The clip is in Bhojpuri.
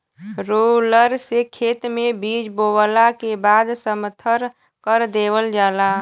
रोलर से खेत में बीज बोवला के बाद समथर कर देवल जाला